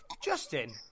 Justin